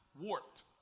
warped